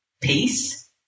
peace